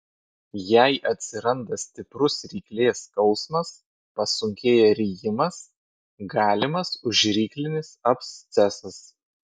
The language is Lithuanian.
jei atsiranda stiprus ryklės skausmas pasunkėja rijimas galimas užryklinis abscesas